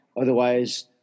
Otherwise